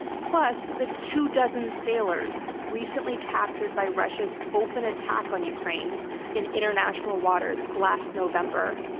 plus the two dozen sailors recently captured by russia's open attack on ukraine in international waters last november.